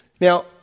Now